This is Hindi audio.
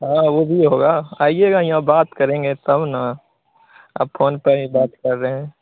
हाँ वह भी होगा आइएगा यहाँ बात करेंगे तब ना आप फोन पर ही बात कर रहें